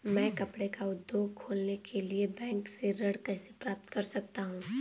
मैं कपड़े का उद्योग खोलने के लिए बैंक से ऋण कैसे प्राप्त कर सकता हूँ?